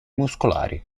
muscolari